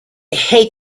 hate